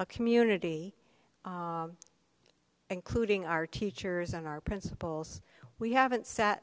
a community including our teachers and our principals we haven't sat